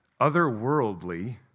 otherworldly